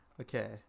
Okay